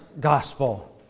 gospel